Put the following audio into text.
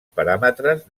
paràmetres